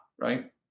right